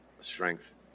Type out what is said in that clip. strength